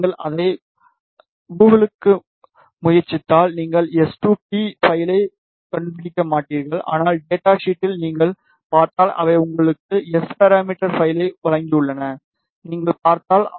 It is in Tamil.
நீங்கள் அதை கூகுள்க்கு முயற்சித்தால் நீங்கள் எஸ்2பி பைலை கண்டுபிடிக்க மாட்டீர்கள் ஆனால் டேட்டா ஷீட்டில் நீங்கள் பார்த்தால் அவை உங்களுக்கு எஸ் பாராமீட்டர் பைலை வழங்கியுள்ளன நீங்கள் பார்க்கலாம்